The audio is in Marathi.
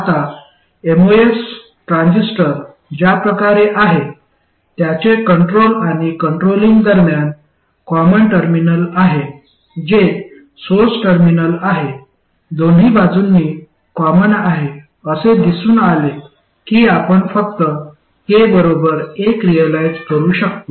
आता एमओएस ट्रान्झिस्टर ज्या प्रकारे आहे ज्याचे कंट्रोल आणि कंट्रोलिंग दरम्यान कॉमन टर्मिनल आहे जे सोर्स टर्मिनल आहे दोन्ही बाजूंनी कॉमन आहे असे दिसून आले की आपण फक्त k बरोबर 1 रिअलाईझ करू शकतो